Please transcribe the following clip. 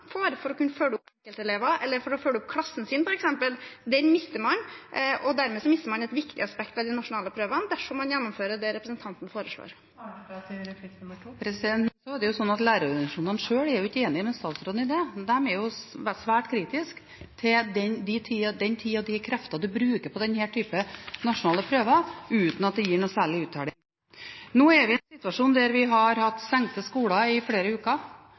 for å kunne følge opp elever eller for å følge opp klassen sin, f.eks., mister man, og dermed mister man også et viktig aspekt ved de nasjonale prøvene dersom man gjennomfører det representanten foreslår. Lærerorganisasjonene selv er jo ikke enig med statsråden i det. De er svært kritiske til den tida og de kreftene en bruker på nasjonale prøver uten at det gir noe særlig uttelling. Nå er vi i en situasjon der vi har hatt stengte skoler i flere uker,